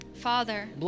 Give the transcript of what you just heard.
Father